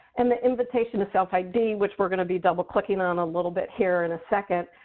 and the invitation of self id, which we're going to be double clicking on a little bit here in a second,